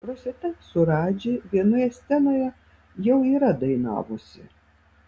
rosita su radži vienoje scenoje jau yra dainavusi